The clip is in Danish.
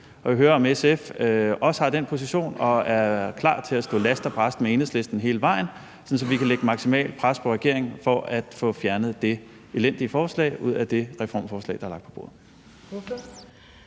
vil høre, om SF også har den position og er klar til at stå last og brast med Enhedslisten hele vejen, sådan at vi kan lægge maksimalt pres på regeringen for at få fjernet det elendige forslag fra det reformforslag, der er lagt på bordet.